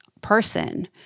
person